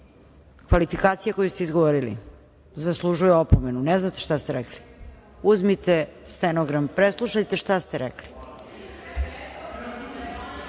Kvalifikacija koju ste izgovorili zaslužuje opomenu. Ne znate šta se rekli? Uzmite stenogram, preslušajte šta ste